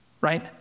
Right